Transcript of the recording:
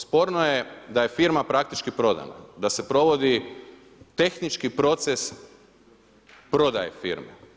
Sporno je da je firma praktički prodana, da se provodi tehnički proces prodaje firme.